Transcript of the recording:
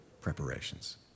preparations